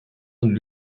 von